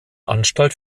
anstalt